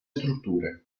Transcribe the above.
strutture